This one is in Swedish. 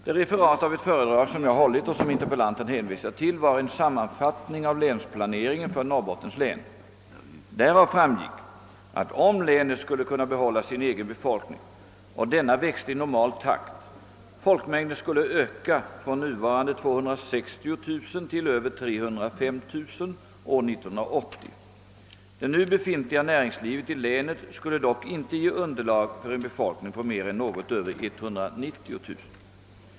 Det referat av ett föredrag som jag hållit och som interpellanten hänvisar till var en sammanfattning av länsplaneringen för Norrbottens län. Därav framgick att, om länet skulle kunna be hålla sin egen befolkning och denna växte i normal takt, folkmängden skulle öka från nuvarande 260 000 till över 305 000 år 1980. Det nu befintliga näringslivet i länet skulle dock inte ge underlag för en befolkning på mer än något över 190000.